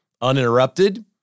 uninterrupted